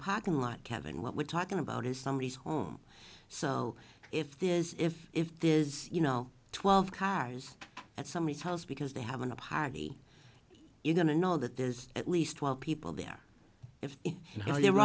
parking lot kevin what we're talking about is somebody's home so if there's if if there is you know twelve cars at somebody's house because they have a party you're going to know that there's at least twelve people there